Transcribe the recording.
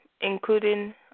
including